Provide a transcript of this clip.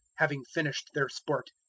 having finished their sport,